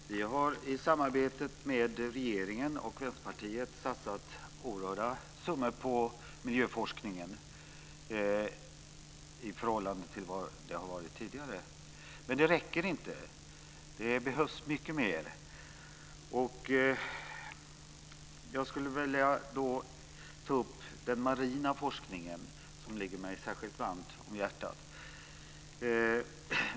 Fru talman! Vi har i samarbetet med regeringen och Vänsterpartiet satsat oerhörda summor på miljöforskningen i förhållande till hur det har varit tidigare. Men det räcker inte. Det behövs mycket mer. Jag skulle vilja ta upp den marina forskningen som ligger mig särskilt varmt om hjärtat.